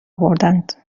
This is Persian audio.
بردند